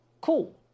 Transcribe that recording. Cool